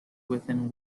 within